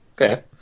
Okay